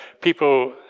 people